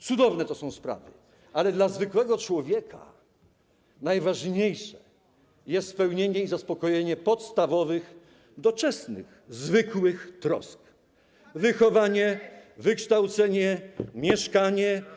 Cudowne to są sprawy, ale dla zwykłego człowieka najważniejsze jest spełnienie i zaspokojenie podstawowych, doczesnych, zwykłych trosk, takich jak wychowanie, wykształcenie, mieszkanie.